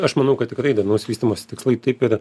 aš manau kad tikrai darnaus vystymosi tikslai taip ir